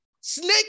Snake